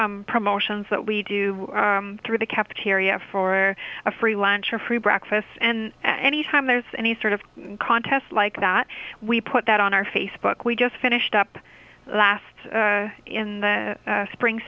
promotions that we do through the cafeteria for a free lunch or free breakfast and any time there's any sort of contest like that we put that on our facebook we just finished up last in the spring